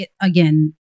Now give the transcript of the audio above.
again